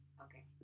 Okay